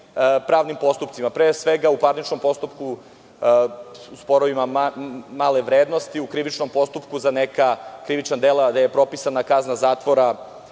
pravnim postupcima, pre svega, u parničnom postupku, u sporovima male vrednosti, u krivičnom postupku za neka krivična dela gde je propisana kazna zatvora